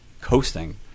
coasting